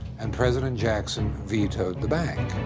and president jackson vetoed the bank.